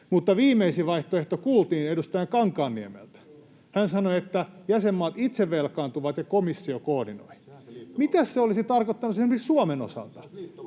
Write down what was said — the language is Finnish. Mutta viimeisin vaihtoehto kuultiin edustaja Kankaanniemeltä: hän sanoi, että jäsenmaat itse velkaantuvat ja komissio koordinoi. Mitä se olisi tarkoittanut esimerkiksi Suomen osalta?